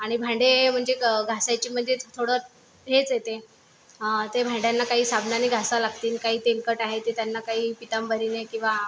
आणि भांडे म्हणजे घासायचे म्हणजेच थोडं हेच येते ते भांड्यांना काही साबणाने घासावे लागतील काही तेलकट आहेत ते त्यांना काही पितांबरीने किंवा